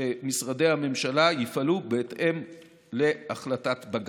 שמשרדי הממשלה יפעלו בהתאם להחלטת בג"ץ.